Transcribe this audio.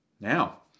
Now